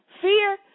Fear